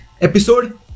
episode